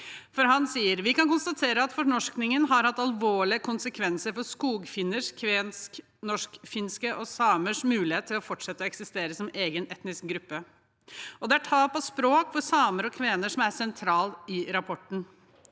dag. Han sier: «Vi kan konstatere at fornorskingen har hatt alvorlige konsekvenser for skogfinners, kveners/ norskfinners og samers mulighet til fortsatt å eksistere som egne etniske grupper.» Tap av språk for samer og kvener er en sentral del av rapporten.